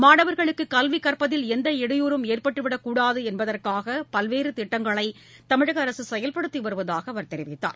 மாணவர்களுக்குகல்விகற்பதில் டிடையும் எந்த ஏற்பட்டுவிடக்கூடாதுஎன்பதற்காகபல்வேறுதிட்டங்களைதமிழகஅரசுசெயல்படுத்திவருவதாகஅவர் தெரிவித்தார்